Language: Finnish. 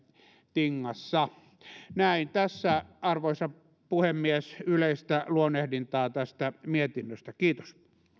tingassa tässä arvoisa puhemies yleistä luonnehdintaa tästä mietinnöstä kiitos